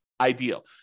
ideal